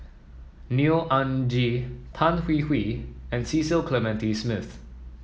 Neo Anngee Tan Hwee Hwee and Cecil Clementi Smith